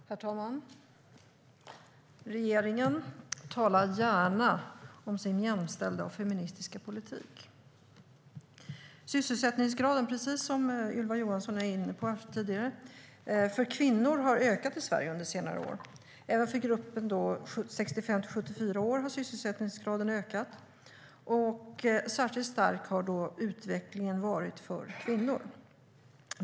Herr talman! Regeringen talar gärna om sin jämställda och feministiska politik. Sysselsättningsgraden för kvinnor har ökat i Sverige under senare år, precis som Ylva Johansson var inne på tidigare. Även för gruppen 65-74 år har sysselsättningsgraden ökat, och särskilt stark har utvecklingen varit för kvinnor.